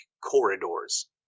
corridors